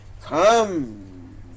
come